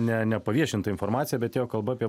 ne nepaviešinta informacija bet ėjo kalba apie